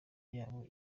yabo